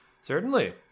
Certainly